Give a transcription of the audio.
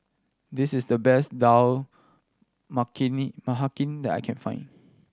this is the best Dal Makhani that I can find